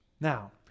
Now